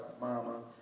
mama